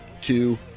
two